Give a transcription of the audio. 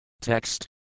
Text